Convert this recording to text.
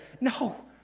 no